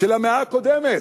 של המאה הקודמת.